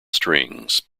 strings